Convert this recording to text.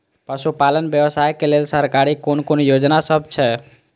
पशु पालन व्यवसाय के लेल सरकारी कुन कुन योजना सब छै?